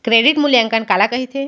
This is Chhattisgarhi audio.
क्रेडिट मूल्यांकन काला कहिथे?